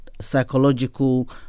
psychological